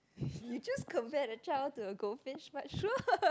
you just compare the child to a goldfish but sure